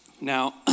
Now